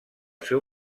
seu